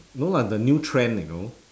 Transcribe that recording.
no lah the new trend you know